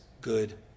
good